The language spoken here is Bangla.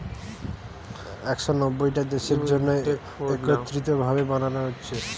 একশ নব্বইটা দেশের জন্যে একত্রিত ভাবে বানানা হচ্ছে